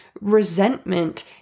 resentment